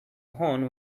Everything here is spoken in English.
horn